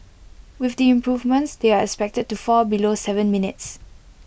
with the improvements they are expected to fall below Seven minutes